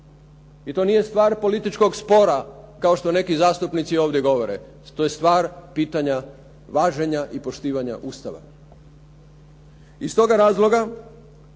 I to nije stvar političkog spora kao što neki zastupnici ovdje govore to je stvar pitanja važenja i poštivanja Ustava. Iz toga razloga